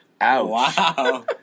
wow